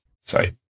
Sorry